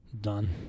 Done